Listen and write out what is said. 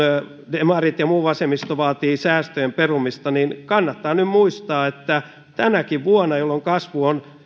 demarit ja muu vasemmisto vaatii säästöjen perumista niin kannattaa nyt muistaa että tänäkin vuonna jolloin kasvu on